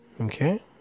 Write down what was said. Okay